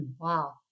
Wow